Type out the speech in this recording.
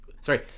Sorry